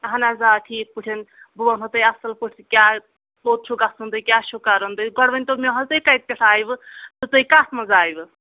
اہن حظ آ ٹھیٖک پٲٹھۍ بہٕ وَنہو تۄہہِ اَصٕل پٲٹھ کیاہ کوٚت چھُ گژھُن تہٕ کیاہ کَرُن تۄہہِ گۄڈٕ ؤنۍ تو مےٚ تُہۍ کَتہِ پٮ۪ٹھ آیوٕ تہٕ تُہۍ کَتھ منٛز آیوٕ